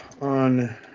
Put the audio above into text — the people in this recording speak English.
on